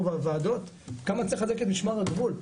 בוועדות כמה צריך לחזק את משמר הגבול --- לא,